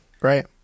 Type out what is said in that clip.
Right